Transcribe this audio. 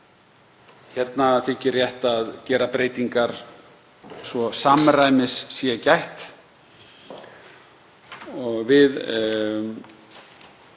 Hérna þykir rétt að gera breytingar svo samræmis sé gætt við